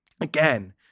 again